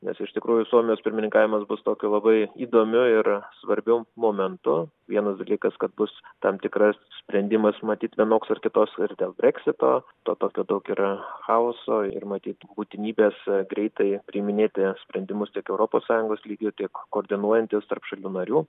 nes iš tikrųjų suomijos pirmininkavimas bus tokiu labai įdomiu ir svarbiu momentu vienas dalykas kad bus tam tikras sprendimas matyt vienoks ar kitos ir dėl breksito to tokio daug yra chaoso ir matyt būtinybės greitai priiminėti sprendimus europos sąjungos lygiu tik koordinuojantis tarp šalių narių